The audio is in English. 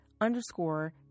underscore